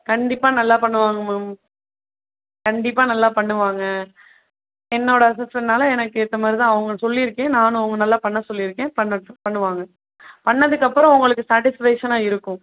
கண்டிப்பாக நல்லா பண்ணுவாங்க மேம் கண்டிப்பாக நல்லா பண்ணுவாங்க என்னோடய அஸிடன்ஸ்னாலே எனக்கு ஏற்ற மாதிரி தான் அவங்க சொல்லியிருக்கேன் நானும் அவங்க நல்லா பண்ண சொல்லியிருக்கேன் பண்ண பண்ணுவாங்க பண்ணதுக்கப்புறோம் உங்களுக்கு சாட்டிஸ்பெக்க்ஷன்னாக இருக்கும்